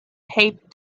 taped